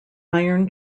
iron